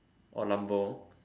or Lambo